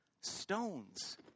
stones